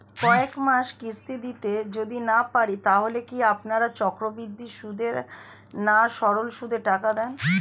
কয়েক মাস কিস্তি দিতে যদি না পারি তাহলে কি আপনারা চক্রবৃদ্ধি সুদে না সরল সুদে টাকা দেন?